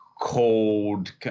cold